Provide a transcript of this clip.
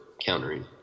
countering